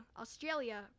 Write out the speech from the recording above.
australia